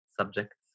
subjects